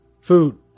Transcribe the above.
Food